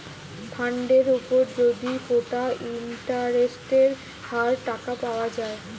ফান্ডের উপর যদি কোটা ইন্টারেস্টের হার টাকা পাওয়া যায়